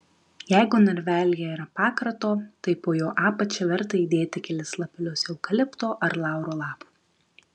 jeigu narvelyje yra pakrato tai po jo apačia verta įdėti kelis lapelius eukalipto ar lauro lapų